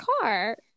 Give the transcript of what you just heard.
car